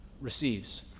receives